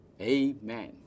Amen